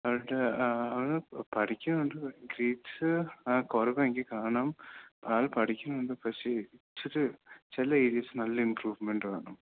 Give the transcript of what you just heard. അവൻറ്റെ അവൻ പഠിക്കുന്നുണ്ട് ഗ്രേഡ്സ്സ് കുറവാ എനിക്ക് കാണാം ആൾ പഠിക്കുന്നുണ്ട് പക്ഷേ ഇച്ചിരി ചില ഏര്യാസ്സ് നല്ല ഇമ്പ്രൂവ്മെൻറ്റ് വേണം